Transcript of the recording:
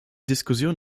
diskussion